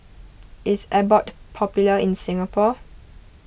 is Abbott popular in Singapore